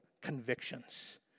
convictions